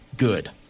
Good